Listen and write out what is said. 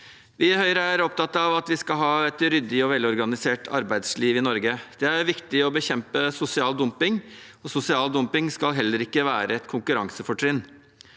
Vi i Høyre er opptatt av at vi skal ha et ryddig og velorganisert arbeidsliv i Norge. Det er viktig å bekjempe sosial dumping, og sosial dumping skal heller ikke være et konkurransefortrinn.